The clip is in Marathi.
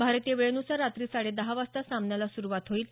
भारतीय वेळेनुसार रात्री साडे दहा वाजता सामन्याला सुरुवात होईल